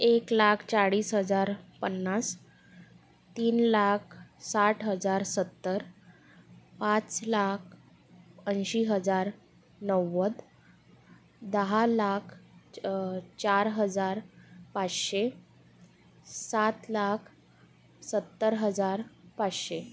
एक लाख चाळीस हजार पन्नास तीन लाख साठ हजार सत्तर पाच लाख ऐंशी हजार नव्वद दहा लाख चार हजार पाचशे सात लाख सत्तर हजार पाचशे